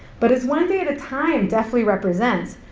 but as one day at a time deftly represents,